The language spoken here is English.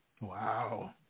Wow